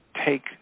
take